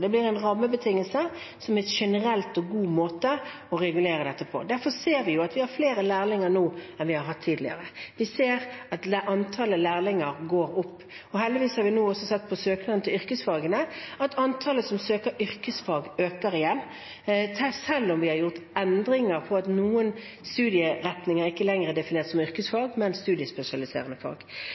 Det blir en rammebetingelse som er en generell og god måte å regulere dette på. Derfor ser vi at vi har flere lærlinger nå enn vi har hatt tidligere. Vi ser at antallet lærlinger går opp. Heldigvis har vi nå også sett på søknaden til yrkesfagene at antallet som søker yrkesfag, øker igjen, selv om vi har gjort endringer med hensyn til at noen studieretninger ikke lenger er definert som yrkesfag, men studiespesialiserende fag.